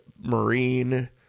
Marine